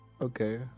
okay